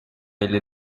elli